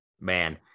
man